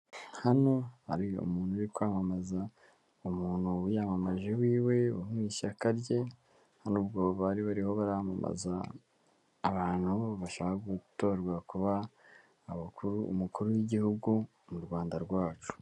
Hano hari umuntu uri kwamamaza umuntu wiyamamaje wiwe wo mu ishyaka rye, ubwo bari bariho baramamamza abantu bashaka gutorerwa kuba umukuru w'igihugu mu Rwanda rwacu.